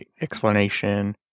explanation